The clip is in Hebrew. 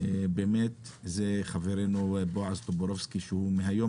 זה חברנו בועז טופורובסקי שמהיום